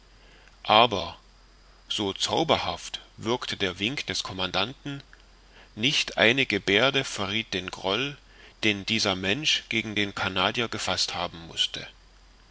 aber so zauberhaft wirkte der wink des commandanten nicht eine geberde verrieth den groll den dieser mensch gegen den canadier gefaßt haben mußte